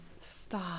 Stop